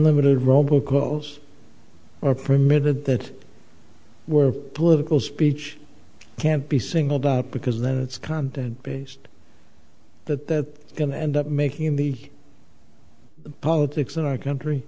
limited robo calls or permitted that were political speech can't be singled out because then it's content based that are going to end up making the politics in our country